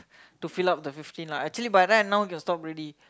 to fill up the fifteen lah actually by the time now can stop already